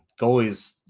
goalies